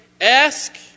ask